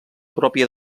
pròpia